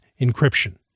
encryption